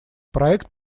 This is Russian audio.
проект